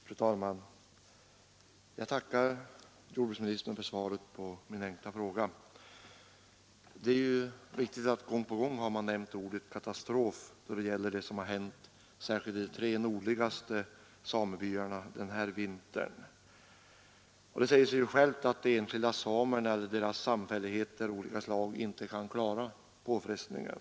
Fru talman! Jag tackar jordbruksministern för svaret på min enkla fråga. Det är riktigt att ordet katastrof gång på gång har nämnts särskilt då det gäller vad som har hänt i de tre nordligaste samebyarna denna vinter. Det säger sig självt att de enskilda samerna eller deras samfälligheter inte kan klara påfrestningen.